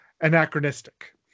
anachronistic